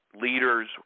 leaders